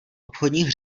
obchodních